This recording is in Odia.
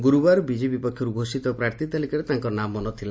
ଗୁରୁବାର ବିଜେପି ପକ୍ଷରୁ ଘୋଷିତ ପ୍ରାର୍ଥୀ ତାଲିକାରେ ତାଙ୍କର ନାମ ନ ଥିଲା